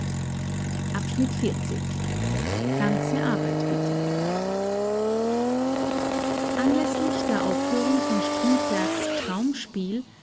ganze arbeit bitte anläßlich der aufführung von strindbergs